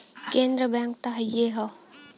केन्द्र बैंक त हइए हौ